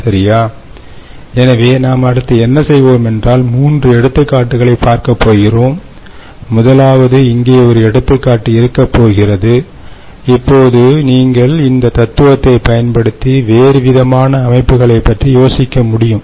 சரியா எனவே நாம் அடுத்து என்ன செய்வோம் என்றால் 3 எடுத்துக்காட்டுகளைப் பார்க்கப் போகிறோம் முதலாவது இங்கே ஒரு எடுத்துக்காட்டு இருக்க போகிறது இப்போது நீங்கள் இந்த தத்துவத்தை பயன்படுத்தி வேறுவிதமான அமைப்புகளை பற்றி யோசிக்க முடியும்